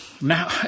Now